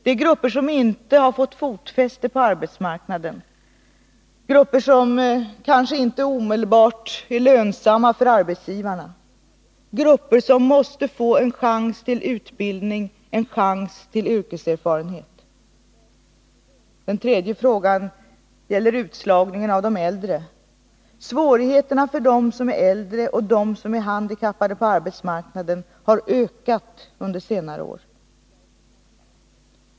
Det är grupper som inte har fått fotfäste på arbetsmarknaden, grupper som kanske inte omedelbart blir lönsamma för arbetsgivarna, grupper som måste få en chans till utbildning och en chans till yrkeserfarenhet. Den tredje frågan gäller utslagningen av de äldre. Svårigheterna för dem som är äldre och för dem som är handikappade har ökat under senare år.